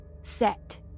Set